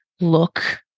look